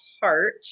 heart